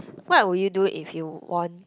what will you do if you won